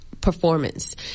performance